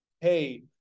hey